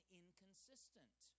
inconsistent